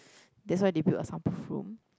that's why they built a soundproof room